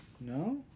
No